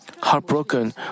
heartbroken